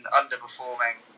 underperforming